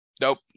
Nope